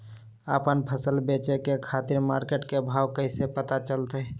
आपन फसल बेचे के खातिर मार्केट के भाव कैसे पता चलतय?